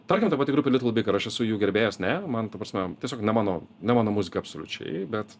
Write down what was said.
tarkim ta pati grupė litl ar aš esu jų gerbėjas ne man ta prasme tiesiog ne mano ne mano muzika absoliučiai bet